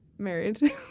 married